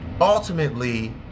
ultimately